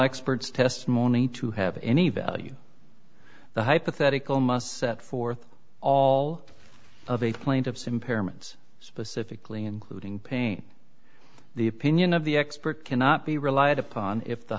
experts testimony to have any value the hypothetical must set forth all of a plaintiff's impairments specifically including pain the opinion of the expert cannot be relied upon if the